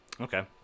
Okay